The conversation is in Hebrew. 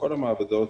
בכל המעבדות,